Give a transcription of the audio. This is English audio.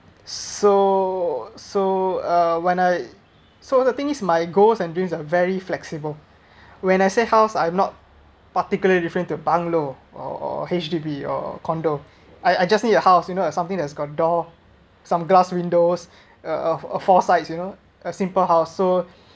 so so uh when I so the thing is my goals and dreams are very flexible when I say house I'm not particularly referring to bungalow or or H_D_B or condo I I just need a house you know it's something has got door some glass windows a a a four sides you know a simple house so